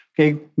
Okay